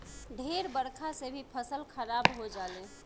ढेर बरखा से भी फसल खराब हो जाले